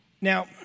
Now